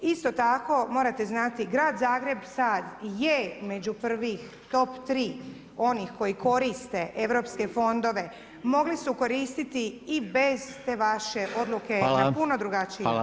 Isto tako, morate znati Grad Zagreb sad je među prvih top 3 onih koji koriste Europske Fondove, mogli su koristiti i bez te vaše odluke i na puno drugačiji način.